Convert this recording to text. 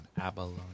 Abalone